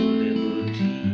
liberty